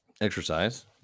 Exercise